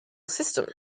system